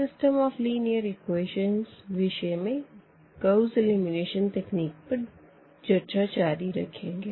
हम system of linear equations विषय में गाउस एलिमिनेशन तकनीक पर चर्चा जारी रखेंगे